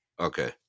Okay